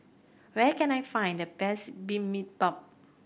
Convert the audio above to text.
where can I find the best Bibimbap